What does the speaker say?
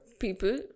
people